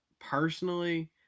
Personally